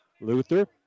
Luther